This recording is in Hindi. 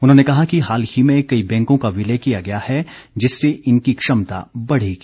उन्होंने कहा कि हाल ही में कई बैंकों का विलय किया गया है जिससे इनकी क्षमता बढ़ेगी